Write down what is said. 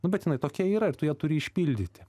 nu bet jinai tokia yra ir tu ją turi išpildyti